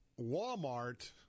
Walmart